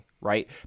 right